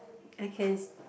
I can